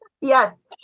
yes